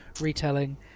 retelling